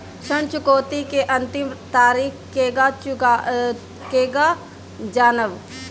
ऋण चुकौती के अंतिम तारीख केगा जानब?